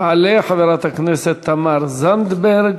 תעלה חברת הכנסת תמר זנדברג,